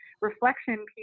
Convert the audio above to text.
reflection